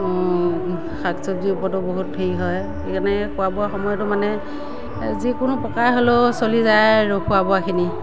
শাক চব্জিৰ ওপৰতো বহুত হেৰি হয় সেইকাৰণে খোৱা বোৱা সময়তো মানে যিকোনো প্ৰকাৰে হলেও চলি যায় আৰু খোৱা বোৱাখিনি